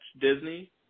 Disney